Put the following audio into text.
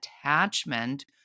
attachment